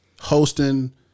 hosting